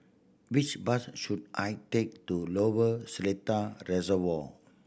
which bus should I take to Lower Seletar Reservoir